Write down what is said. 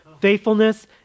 faithfulness